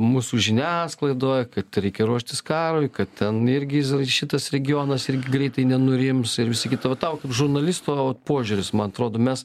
mūsų žiniasklaidoje kad reikia ruoštis karui kad ten irgi šitas regionas irgi greitai nenurims ir visa kita o tau kaip žurnalisto požiūris man atrodo mes